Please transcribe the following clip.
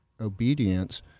obedience